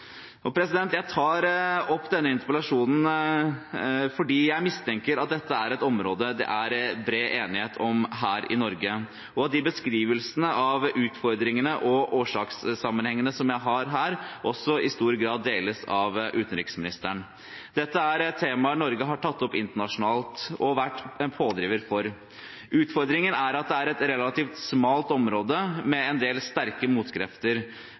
Jeg tar opp denne interpellasjonen fordi jeg mistenker at dette er et område det er bred enighet om her i Norge, og at de beskrivelsene av utfordringene og årsakssammenhengene som jeg har her, også i stor grad deles av utenriksministeren. Dette er temaer Norge har tatt opp internasjonalt og vært en pådriver for. Utfordringen er at det er et relativt smalt område med en del sterke motkrefter,